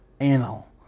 anal